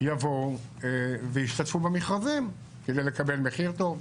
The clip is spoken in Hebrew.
יבואו וישתתפו במכרזים כדי לקבל מחיר טוב,